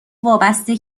وابسته